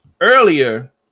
earlier